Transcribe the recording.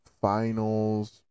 finals